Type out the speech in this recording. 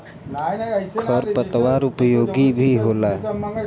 खर पतवार उपयोगी भी होला